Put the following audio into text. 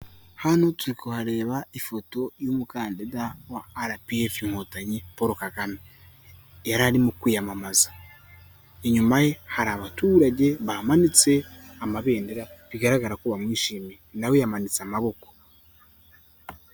Hano turi kuhareba ifoto y'umukandida wa rpf Inkotanyi, Polo Kagame yari arimo kwiyamamaza. Inyuma ye hari abaturage bamanitse amabendera bigaragara ko bamwishimiye, nawe yamanitse amaboko.